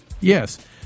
yes